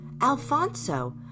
Alfonso